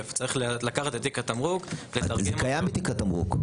צריך לקחת את תיק התמרוק- -- זה קיים בתיק התמרוק.